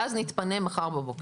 ואז נתפנה מחר בבוקר'.